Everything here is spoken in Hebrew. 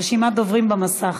לרשימת דוברים במסך.